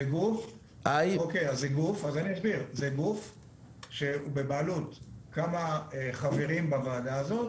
אוקיי, זה גוף שבבעלות כמה חברים בוועדה הזאת,